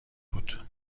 بود